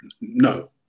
no